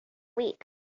week